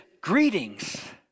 greetings